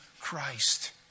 Christ